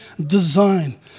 design